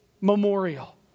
memorial